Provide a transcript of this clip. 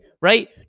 right